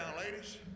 ladies